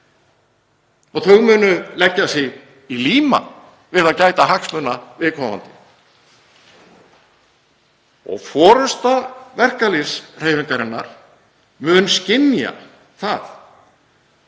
Þau munu leggja sig í líma við að gæta hagsmuna viðkomandi. Forysta verkalýðshreyfingarinnar mun skynja það